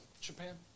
Japan